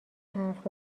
حرف